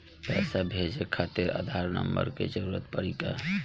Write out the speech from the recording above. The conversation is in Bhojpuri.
पैसे भेजे खातिर आधार नंबर के जरूरत पड़ी का?